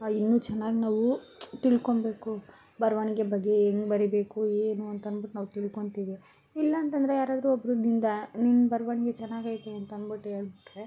ಇನ್ನೂ ಚೆನ್ನಾಗಿ ನಾವು ತಿಳ್ಕೊಬೇಕು ಬರವಣಿಗೆ ಬಗ್ಗೆ ಹೆಂಗ್ ಬರೀಬೇಕು ಏನು ಅಂತನ್ಬಿಟ್ಟು ನಾವು ತಿಳ್ಕೊತಿವಿ ಇಲ್ಲಾಂತಂದರೆ ಯಾರಾದ್ರೂ ಒಬ್ರುದಿಂದ ನಿನ್ನ ಬರವಣಿಗೆ ಚನ್ನಾಗೈತೆ ಅಂತನ್ಬಿಟ್ಟು ಹೇಳ್ಬಿಟ್ರೆ